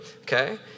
Okay